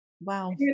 wow